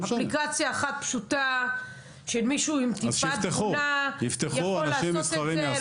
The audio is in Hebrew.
אפליקציה אחת פשוטה של מישהו עם טיפת תבונה יכולה לעשות את זה,